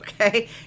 Okay